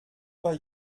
bei